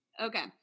Okay